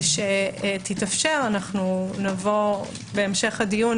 כשיתאפשר, נבוא בהמשך הדיון